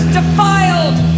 defiled